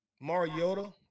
Mariota